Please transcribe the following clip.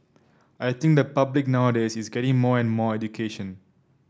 I think the public nowadays is getting more and more education